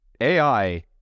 AI